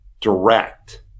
direct